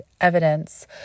evidence